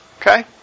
okay